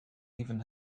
even